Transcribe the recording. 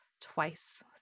twice